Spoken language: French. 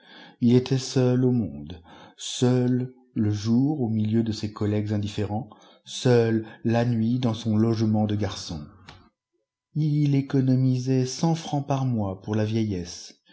ii était seul au monde seul le jour au milieu de ses collègues indifférents seul la nuit dans on logement de garçon ii économisait cent francs par mois pour la vieillesse